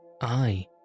I